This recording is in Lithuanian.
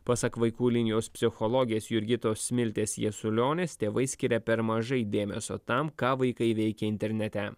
pasak vaikų linijos psichologės jurgitos smiltės jasulionės tėvai skiria per mažai dėmesio tam ką vaikai veikia internete